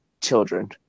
children